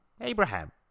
Abraham